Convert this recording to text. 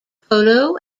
polo